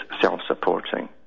self-supporting